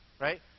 right